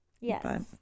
yes